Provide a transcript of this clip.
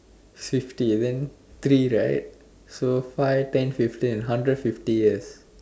fifty and then three right so five ten fifteen and hundred fifty years